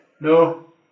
No